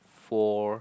four